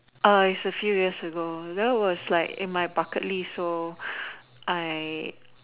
it is a few years ago that was like in my bucket list so I